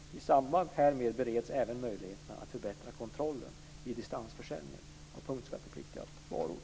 I samband härmed bereds även möjligheten att förbättra kontrollen vid distansförsäljning av punktskattepliktiga varor.